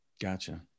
Gotcha